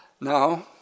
Now